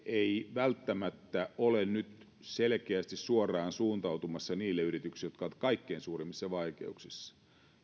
välttämättä ole nyt selkeästi suoraan suuntautumassa niille yrityksille jotka ovat kaikkein suurimmissa vaikeuksissa